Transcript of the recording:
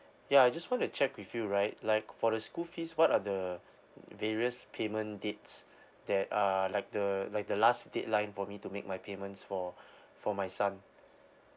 yeah I just want to check with you right like for the school fees what are the various payment dates that are like the like the last deadline for me to make my payments for for my son